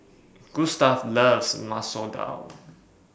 Gustaf loves Masoor Dal